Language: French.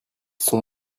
sont